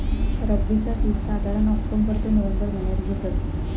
रब्बीचा पीक साधारण ऑक्टोबर ते नोव्हेंबर महिन्यात घेतत